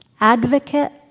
advocate